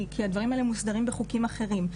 כי הדברים האלה מוסדרים בחוקים אחרים.